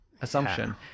assumption